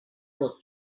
vot